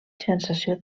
sensació